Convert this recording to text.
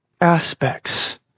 aspects